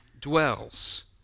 dwells